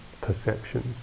perceptions